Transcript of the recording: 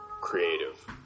creative